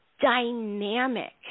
dynamic